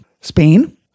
Spain